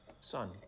son